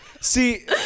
See